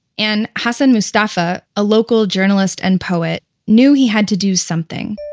and hassan mustafa a local journalist and poet knew he had to do something